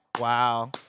Wow